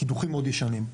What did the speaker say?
קידוחים מאוד ישנים.